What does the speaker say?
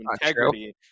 integrity